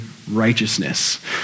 Righteousness